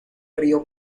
río